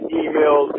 email